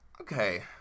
Okay